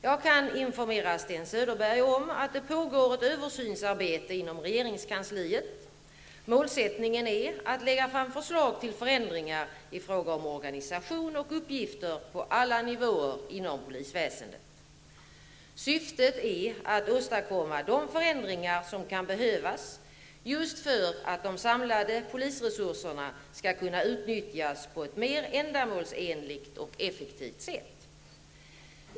Jag kan informera Sten Söderberg om att det pågår ett översynsarbete inom regeringskansliet. Målsättningen är att lägga fram förslag till förändringar i fråga om organisation och uppgifter på alla nivåer inom polisväsendet. Syftet är att åstadkomma de förändringar som kan behövas just för att de samlade polisresurserna skall kunna utnyttjas på ett mer ändamålsenligt och effektivt sätt.